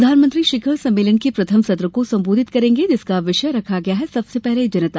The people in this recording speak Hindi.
प्रधानमंत्री शिखर सम्मेलन के प्रथम सत्र को संबोधित करेंगे जिसका विषय रखा गया है सबसे पहले जनता